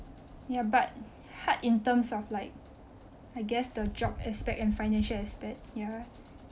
ya but hard in terms of like I guess the job aspect and financial aspect ya